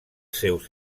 seus